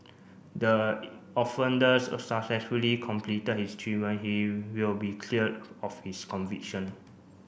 the offenders successfully completed his treatment he will be cleared of his conviction